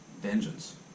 vengeance